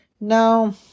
Now